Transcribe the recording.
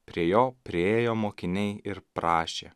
prie jo priėjo mokiniai ir prašė